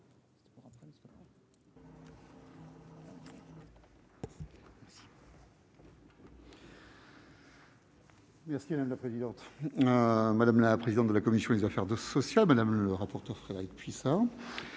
d'État. Madame la présidente, madame la présidente de la commission des affaires sociales, madame le rapporteur Frédérique Puissat,